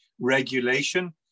regulation